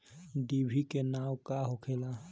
डिभी के नाव का होखेला?